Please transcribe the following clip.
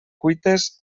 cuites